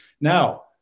Now